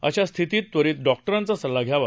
अशा स्थितीत त्वरित डॉक्टरांचा सल्ला घ्यावा